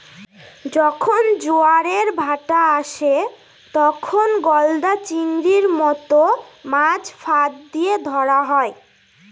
যখন জোয়ারের ভাঁটা আসে, তখন গলদা চিংড়ির মত মাছ ফাঁদ দিয়ে ধরা হয়